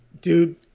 Dude